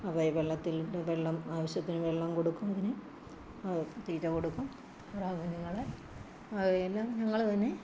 അവയെ വെള്ളത്തിൽ വെള്ളം ആവശ്യത്തിനു വെള്ളം കൊടുക്കും അങ്ങനെ തീറ്റ കൊടുക്കും താറാകുഞ്ഞുങ്ങളെ അതെല്ലാം ഞങ്ങൾ തന്നെ